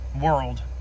world